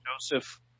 Joseph